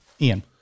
ian